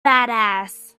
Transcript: badass